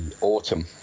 autumn